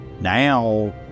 now